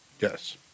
Yes